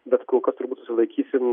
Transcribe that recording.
bet kol kas turbūt susilaikysim